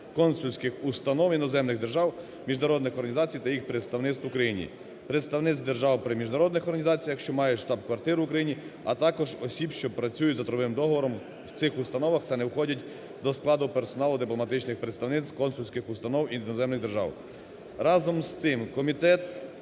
консульських установ іноземних держав, міжнародних організацій та їх представництв в України, представництв держав при міжнародних організаціях, що мають штаб-квартиру в Україні, а також осіб, що працюють за трудовим договором в цих установах та не входять до складу персоналу дипломатичних представництв консульських установ іноземних держав. Разом з цим, комітет